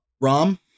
Rom